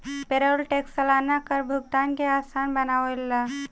payroll tax सलाना कर भुगतान के आसान बनावेला